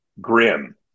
grim